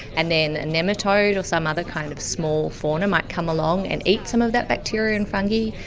and then a nematode or some other kind of small fauna might come along and eat some of that bacteria and fungi,